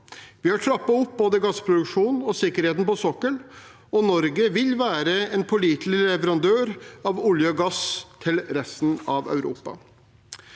Vi har trappet opp både gassproduksjonen og sikkerheten på sokkelen, og Norge vil være en pålitelig leverandør av olje og gass til resten av Europa.